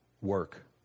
work